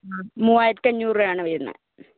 ആ മൂവായിരത്തി അഞ്ഞൂറ് രൂപയാണ് വരുന്നത്